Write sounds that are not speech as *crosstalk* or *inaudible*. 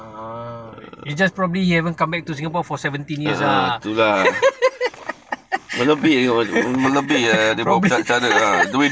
ah it's just probably he never come back to singapore for seventeen years lah *laughs* probably *laughs*